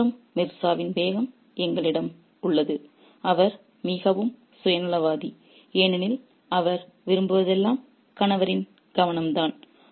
ஒருபுறம் மிர்சாவின் பேகம் எங்களிடம் உள்ளது அவர் மிகவும் சுயநலவாதி ஏனெனில் அவர் விரும்புவதெல்லாம் கணவரின் கவனம்தான்